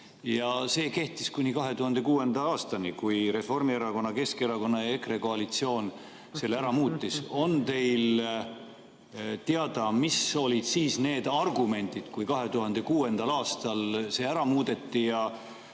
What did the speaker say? See kehtis kuni 2006. aastani, kui Reformierakonna, Keskerakonna ja EKRE koalitsioon selle ära muutis. On teil teada, mis olid siis need argumendid, kui 2006. aastal see ära muudeti ja